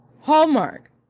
Hallmark